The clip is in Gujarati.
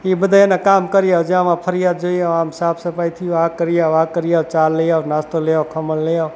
એ બધા એના કામ કરી આવે જે આમાં ફરિયાદ જોઈ આવ આમ સાફ સફાઈ થઈ હોય આ કરી આવ આ કરી આવ ચા લઈ આવ નાસ્તો લઈ આવ ખમણ લઈ આવ